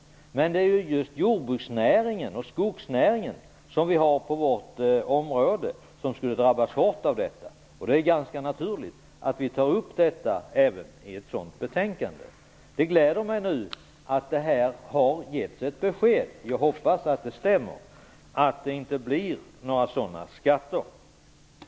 Men det är ju just jordbruksnäringen och skogsnäringen, som ingår i utskottets område, som skulle drabbas hårt av detta. Därför är det ganska naturligt att vi tar upp frågan i betänkandet. Det gläder mig att det nu har lämnats ett besked. Jag hoppas att det stämmer att det inte blir några sådana skatter.